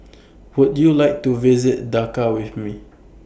Would YOU like to visit Dhaka with Me